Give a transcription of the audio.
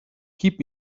keep